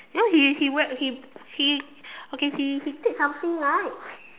then he he wear he he okay he he take something right